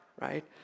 right